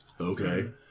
Okay